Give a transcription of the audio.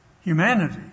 humanity